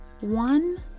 one